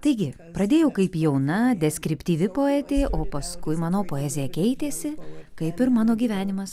taigi pradėjau kaip jauna deskriptyvi poetė o paskui mano poezija keitėsi kaip ir mano gyvenimas